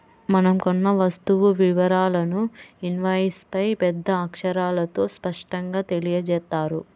మనం కొన్న వస్తువు వివరాలను ఇన్వాయిస్పై పెద్ద అక్షరాలతో స్పష్టంగా తెలియజేత్తారు